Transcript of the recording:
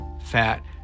fat